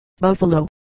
Buffalo